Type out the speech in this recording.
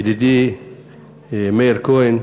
ידידי מאיר כהן.